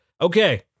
Okay